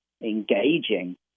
engaging